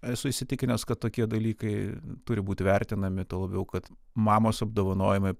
esu įsitikinęs kad tokie dalykai turi būti vertinami tuo labiau kad mamos apdovanojimai